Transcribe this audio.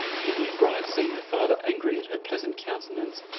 the new bride seeing her father angry at her pleasant countenance,